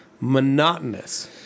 monotonous